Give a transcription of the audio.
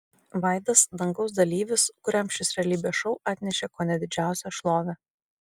vaidas dangaus dalyvis kuriam šis realybės šou atnešė kone didžiausią šlovę